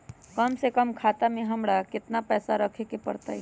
कम से कम खाता में हमरा कितना पैसा रखे के परतई?